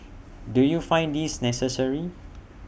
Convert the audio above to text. do you find this necessary